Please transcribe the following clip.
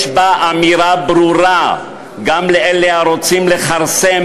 יש בה אמירה ברורה גם לאלה הרוצים לכרסם